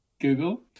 Google